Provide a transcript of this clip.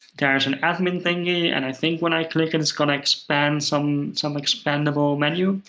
there's an admin thingy, and i think when i click it, it's going to expand some some expandable menu.